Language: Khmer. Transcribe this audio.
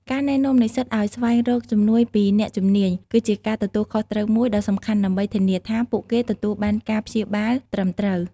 ការណែនាំនិស្សិតឱ្យស្វែងរកជំនួយពីអ្នកជំនាញគឺជាការទទួលខុសត្រូវមួយដ៏សំខាន់ដើម្បីធានាថាពួកគេទទួលបានការព្យាបាលត្រឹមត្រូវ។